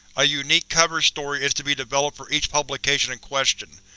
a unique cover story is to be developed for each publication in question,